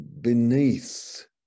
beneath